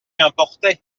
importait